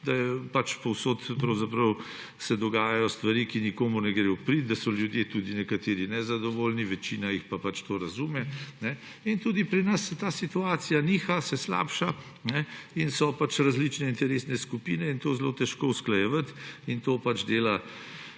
da se povsod dogajajo stvari, ki nikomur ne gredo v prid, da so nekateri ljudje nezadovoljni, večina jih pa pač to razume. Tudi pri nas ta situacija niha, se slabša in so različne interesne skupine in je to zelo težko usklajevati. To pač dela